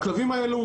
הכלבים האלו,